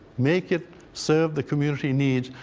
make it serve the community needs.